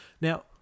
Now